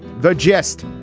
the gist?